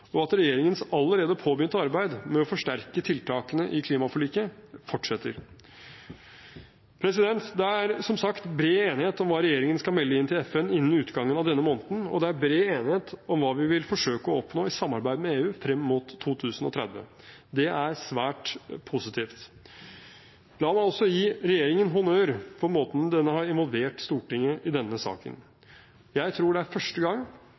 og at regjeringens allerede påbegynte arbeid med å forsterke tiltakene i klimaforliket fortsetter. Det er som sagt bred enighet om hva regjeringen skal melde inn til FN innen utgangen av denne måneden, og det er bred enighet om hva vi vil forsøke å oppnå i samarbeid med EU frem mot 2030. Det er svært positivt. La meg også gi regjeringen honnør for måten den har involvert Stortinget på i denne saken. Jeg tror det er første gang